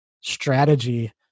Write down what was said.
strategy